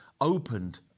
opened